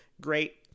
Great